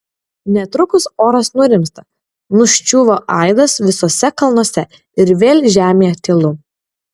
netrukus oras nurimsta nuščiūva aidas visuose kalnuose ir vėl žemėje tylu